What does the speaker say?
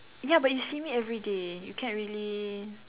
ya but you see me everyday you can't really